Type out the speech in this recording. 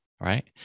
Right